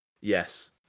Yes